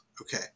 Okay